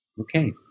Okay